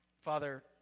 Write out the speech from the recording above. Father